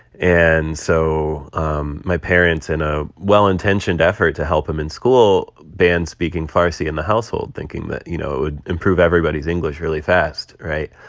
and so um my parents, in a well-intentioned effort to help him in school, banned speaking farsi in the household, thinking that, you know, it would improve everybody's english really fast. right?